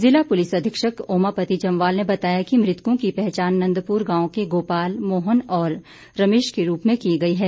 जिला पुलिस अधीक्षक ओमापति जम्वाल ने बताया कि मृतकों की पहचान नंदपुर गांव के गोपाल मोहन और रमेश के रूप में की गई है